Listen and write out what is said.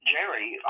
Jerry